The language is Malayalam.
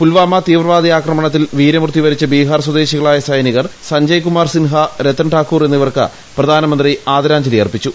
പുൽവാമ തീവ്രവാദി ആക്രമ ണത്തിൽ വീരമൃത്യുവരിച്ച ബീഹാർ സ്വദേശികളായ സൈനികർ സഞ്ജയ് കുമാർ സിൻഹ രത്തൻ ഠാക്കൂർ എന്നിവർക്ക് പ്രധാനമന്ത്രി ആദരാഞ്ജലി അർപ്പിച്ചു